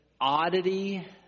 oddity